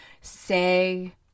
say